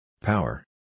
Power